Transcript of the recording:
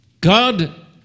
God